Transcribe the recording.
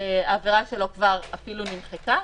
העבירה שלו כבר אפילו נמחקה,